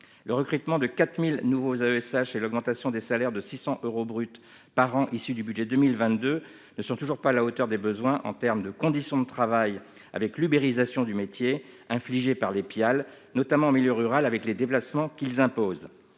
le recrutement de 4000 nouveaux AESH et l'augmentation des salaires de 600 euros brut par an, issus du budget 2022 ne sont toujours pas à la hauteur des besoins en termes de conditions de travail avec l'ubérisation du métier infligée par les pial notamment en milieu rural avec les déplacements qu'ils imposent